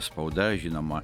spauda žinoma